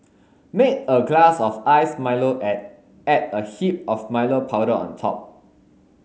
make a glass of iced Milo and add a heap of Milo powder on top